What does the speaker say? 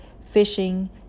fishing